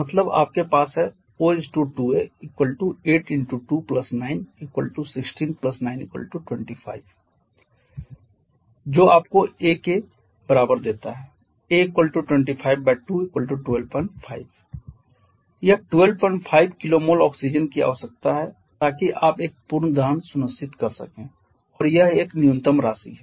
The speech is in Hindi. मतलब आपके पास है O 2a 8 × 2 9 16 9 25 जो आपको a को नीचे के बराबर देता है a 252 125 यह 125 kmol ऑक्सीजन की आवश्यकता है ताकि आप एक पूर्ण दहन सुनिश्चित कर सकें और यह एक न्यूनतम राशि है